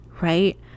right